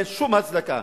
אין שום הצדקה,